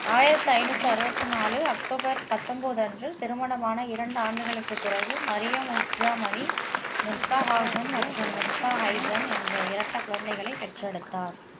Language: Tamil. ஆயிரத்து ஐந்நூற்று அறுபத்து நாலு அக்டோபர் பத்தொம்பது அன்று திருமணமான இரண்டு ஆண்டுகளுக்குப் பிறகு மரியம் உஸ்ஜா மணி மிர்ஸா ஹாசன் மற்றும் மிர்ஸா ஹைஸன் என்ற இரட்டைக் குழந்தைகளைப் பெற்றெடுத்தார்